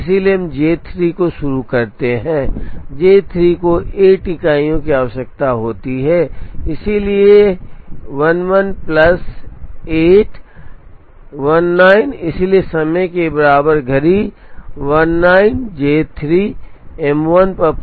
इसलिए हम J 3 को शुरू करते हैं J 3 को 8 इकाइयों की आवश्यकता होती है इसलिए 11 प्लस 8 19 इसलिए समय के बराबर घड़ी 19 J 3 M 1 पर पूरा होता है और M 2 पर आता है